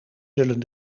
zullen